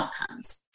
outcomes